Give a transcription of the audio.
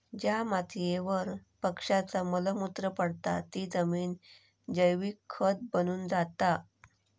ज्या मातीयेवर पक्ष्यांचा मल मूत्र पडता ती जमिन जैविक खत बनून जाता